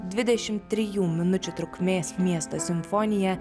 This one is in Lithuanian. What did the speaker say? dvidešim trijų minučių trukmės miesto simfonija